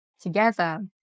together